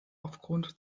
aufgrund